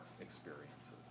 experiences